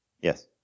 Yes